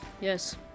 Yes